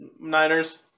Niners